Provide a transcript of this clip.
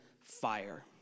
fire